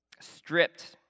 Stripped